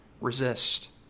resist